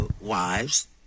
wives